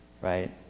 right